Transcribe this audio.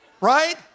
Right